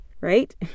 right